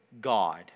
god